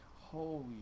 holy